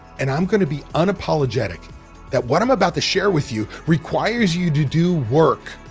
and i'm going to be unapologetic that what i'm about to share with you requires you to do work.